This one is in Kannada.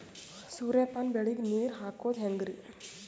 ಸೂರ್ಯಪಾನ ಬೆಳಿಗ ನೀರ್ ಹಾಕೋದ ಹೆಂಗರಿ?